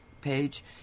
page